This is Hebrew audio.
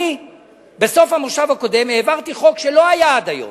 אני בסוף המושב הקודם העברתי חוק שלא היה עד היום,